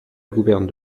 gouverne